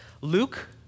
Luke